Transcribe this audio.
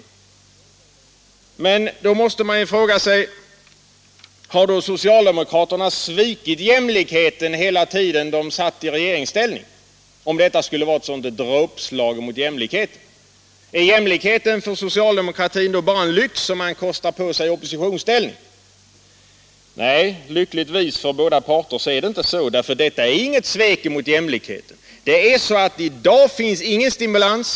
Men = en, m.m. om detta skulle vara ett sådant dråpslag mot jämlikheten måste man fråga sig: Har då socialdemokraterna svikit jämlikheten hela tiden de suttit i regeringsställning? Är jämlikhet för socialdemokratin bara en lyx de kostar på sig i oppositionsställning? Nej, lyckligtvis för båda parter är det inte på detta vis. Förslaget är nämligen inget svek mot jämlikheten. Det är ju så att i dag finns det ingen stimulans.